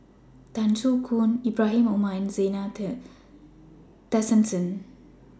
Tan Soo Khoon Ibrahim Omar and Zena Tessensohn